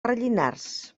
rellinars